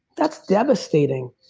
that's devastating,